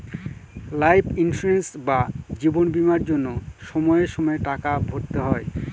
life insurance বা জীবন বীমার জন্য সময়ে সময়ে টাকা ভরতে হয়